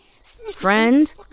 Friend